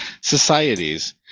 societies